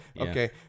Okay